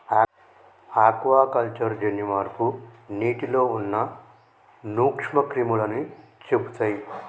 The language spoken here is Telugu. ఆక్వాకల్చర్ జన్యు మార్పు నీటిలో ఉన్న నూక్ష్మ క్రిములని చెపుతయ్